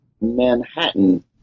Manhattan